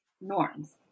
norms